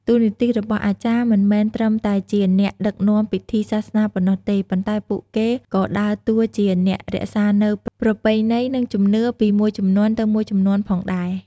តួនាទីរបស់អាចារ្យមិនមែនត្រឹមតែជាអ្នកដឹកនាំពិធីសាសនាប៉ុណ្ណោះទេ ប៉ុន្តែពួកគេក៏ដើរតួជាអ្នករក្សានូវប្រពៃណី និងជំនឿពីមួយជំនាន់ទៅមួយជំនាន់ផងដែរ។